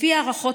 לפי ההערכות,